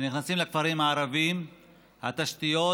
כשנכנסים לכפרים הערביים התשתיות